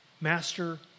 master